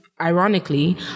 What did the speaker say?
Ironically